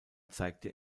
zeigte